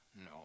no